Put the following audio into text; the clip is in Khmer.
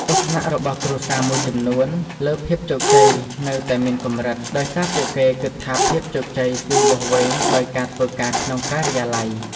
ទស្សនៈរបស់គ្រួសារមួយចំនួនលើភាពជោគជ័យនៅតែមានកម្រិត ដោយសារពួកគេគិតថាភាពជោគជ័យគឺវាស់វែងដោយការធ្វើការក្នុងការិយាល័យ។